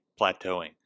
plateauing